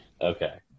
Okay